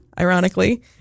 ironically